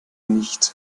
nicht